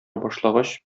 башлагач